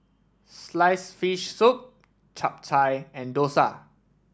sliced fish soup Chap Chai and Dosa